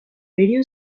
radio